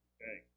Okay